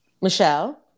Michelle